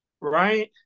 Right